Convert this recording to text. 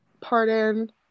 Pardon